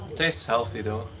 tastes healthy though.